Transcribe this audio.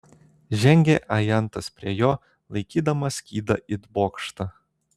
žengė ajantas prie jo laikydamas skydą it bokštą